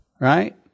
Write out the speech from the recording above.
right